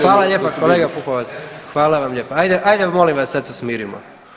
Hvala lijepa kolega Pupovac, hvala vam lijepa, ajde, ajde molim vas sad se smirimo.